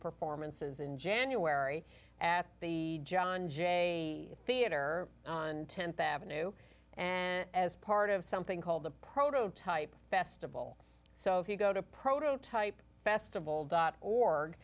performances in january at the john jay theater on th avenue and as part of something called the prototype festival so if you go to prototype festival dot org